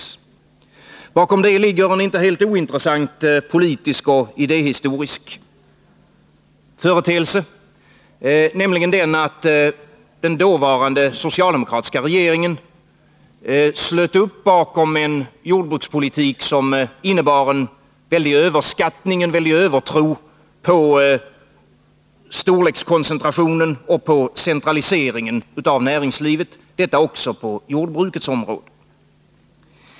Bakom detta förhållande ligger en inte helt ointressant politisk och idéhistorisk företeelse, nämligen den att den dåvarande socialdemokratiska regeringen slöt bakom en jordbrukspolitik som innebar en väldig överskattning av storlekskoncentrationen och en övertro på centraliseringen av näringslivet, detta också på jordbrukets område.